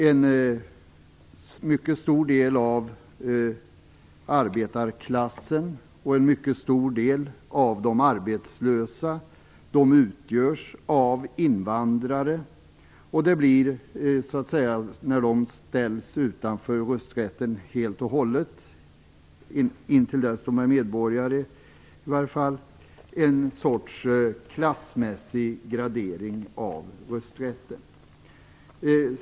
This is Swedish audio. En mycket stor del av arbetarklassen och en mycket stor del av de arbetslösa utgörs av invandrare, och när de, i alla fall intill dess de är medborgare, ställs utanför rösträtten blir det helt och hållet en sorts klassmässig gradering av rösträtten.